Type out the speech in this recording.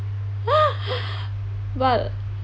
but